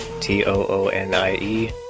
T-O-O-N-I-E